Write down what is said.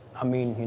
i mean, you know,